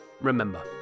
remember